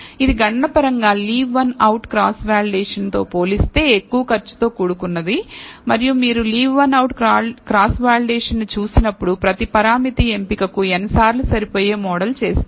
ఇది గణనపరంగా leave one out cross validation తో పోలిస్తే తక్కువ ఖర్చుతో కూడుకున్నది మరియు మీరు leave one out cross validation ను చూసినప్పుడు ప్రతి పరామితి ఎంపికకు n సార్లు సరిపోయే మోడల్ చేస్తుంది